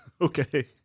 okay